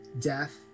death